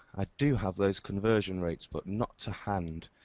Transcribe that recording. i do have those conversion rates but not to hand.